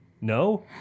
No